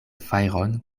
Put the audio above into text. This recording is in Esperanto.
fajron